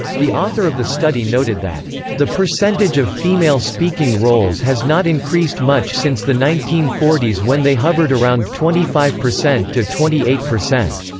the author of the study noted that the percentage of female speaking roles has not increased much since the nineteen forty s when they hovered around twenty five percent to twenty eight percent.